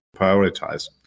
prioritize